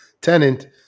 tenant